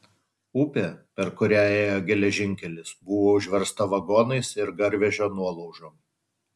upė per kurią ėjo geležinkelis buvo užversta vagonais ir garvežio nuolaužom